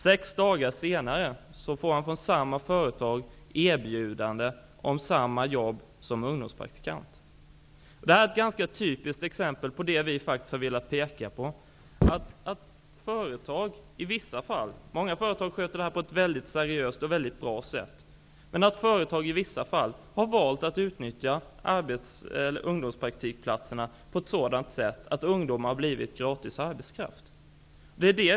Sex dagar senare fick han från samma företag erbjudande om samma jobb som ungdomspraktikant. Det här är ett ganska typiskt exempel på det vi har velat peka på. Många företag sköter detta på ett mycket seriöst och bra sätt, men i vissa fall har företag valt att utnyttja ungdomspraktikplatserna på sådant sätt att ungdomar har blivit gratis arbetskraft.